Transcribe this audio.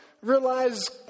realize